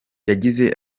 yagize